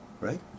right